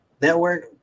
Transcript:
network